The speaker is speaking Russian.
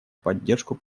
поддержку